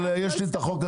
עושה את זה